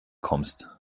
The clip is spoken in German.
kommst